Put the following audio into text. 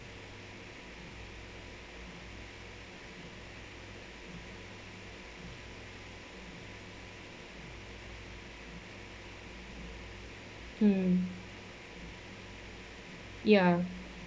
mm ya